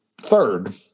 third